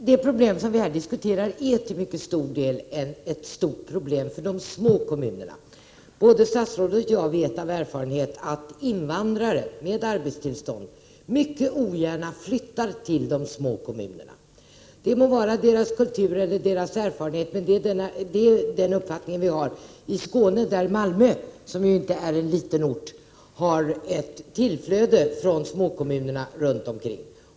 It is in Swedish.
Herr talman! Det problem vi här diskuterar är till mycket stor del ett problem för de små kommunerna. Både statsrådet och jag vet av erfarenhet att invandrare med arbetstillstånd mycket ogärna flyttar till de små kommu = Prot. 1988/89:9 nerna. Detta må sedan bero på deras kultur eller deras erfarenhet — det äri 13 oktober 1988 alla fall den uppfattning vi har i Skåne, där Malmö, som ju inte är någon liten XX Om sysselsättning för ort, har ett tillflöde från småkommunerna runt omkring.